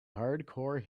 hardcore